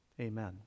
amen